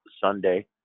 Sunday